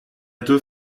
deux